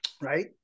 right